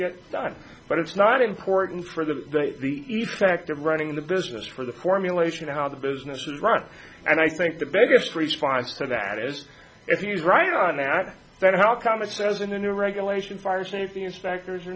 gets done but it's not important for the effect of running the business for the formulation of how the business is run and i think the biggest response to that is if you're right on that then how come it says in the new regulation fire safety inspectors are